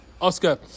Oscar